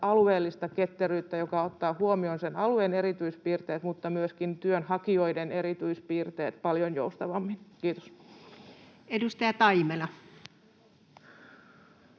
alueellista ketteryyttä, joka ottaa huomioon sen alueen erityispiirteet mutta myöskin työnhakijoiden erityispiirteet paljon joustavammin. — Kiitos. [Speech